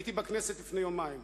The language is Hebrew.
הייתי בכנסת לפני יומיים,